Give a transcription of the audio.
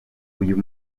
uyu